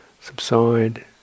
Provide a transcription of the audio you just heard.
subside